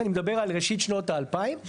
אני מדבר על ראשית שנות האלפיים.